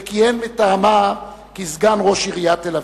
וכיהן מטעמה כסגן ראש עיריית תל-אביב.